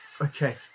Okay